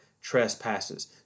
trespasses